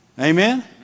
Amen